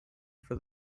for